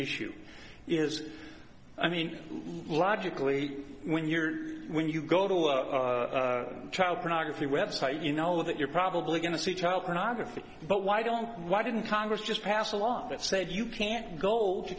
issue is i mean logically when you're when you go to a child pornography website you know that you're probably going to see child pornography but why don't why didn't congress just pass a law that said you can't goal to